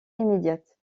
immédiate